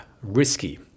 risky